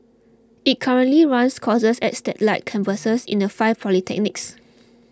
it currently runs courses at satellite campuses in the five polytechnics